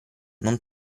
non